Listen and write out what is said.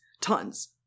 tons